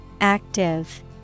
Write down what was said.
Active